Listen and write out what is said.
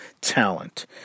talent